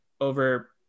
over